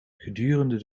gedurende